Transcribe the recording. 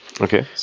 Okay